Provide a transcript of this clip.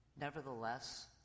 Nevertheless